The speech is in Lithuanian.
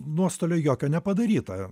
nuostolio jokio nepadaryta